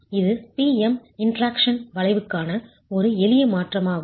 இது P M interaction வளைவுக்கான ஒரு எளிய மாற்றமாகும்